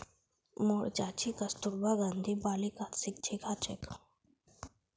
मोर चाची कस्तूरबा गांधी बालिकात शिक्षिका छेक